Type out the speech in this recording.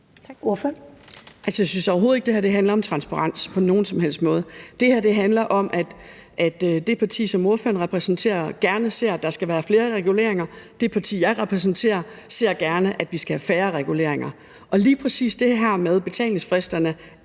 Jeg synes overhovedet ikke, at det her handler om transparens på nogen som helst måde. Det her handler om, at det parti, som ordføreren repræsenterer, gerne ser, at der skal være flere reguleringer. Det parti, jeg repræsenterer, ser gerne, at vi skal have færre reguleringer. Og lige præcis det her med betalingsfristerne